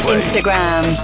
Instagram